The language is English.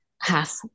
half